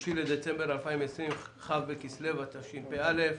6 בדצמבר 2020, כ' בכסלו התשפ"א.